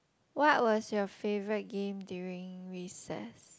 what was your favourite game during recess